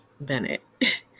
Bennett